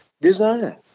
design